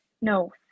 no